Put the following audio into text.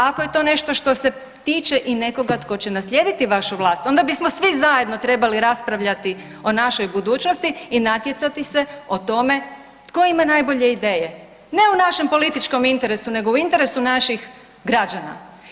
Ako je to nešto što se tiče i nekoga tko će naslijediti vašu vlast, onda bismo svi zajedno trebali raspravljati o našoj budućnosti i natjecati se o tome tko ima najbolje ideje ne u našem političkom interesu, nego u interesu naših građana.